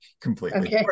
completely